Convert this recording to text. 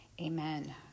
amen